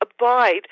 abide